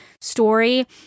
story